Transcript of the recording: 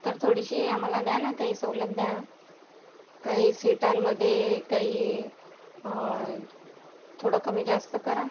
तर थोडीशी आम्हाला द्या ना काही सवलत द्या काही सीटांमध्ये काही थोडं कमी जास्त करा